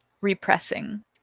repressing